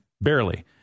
Barely